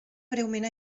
breument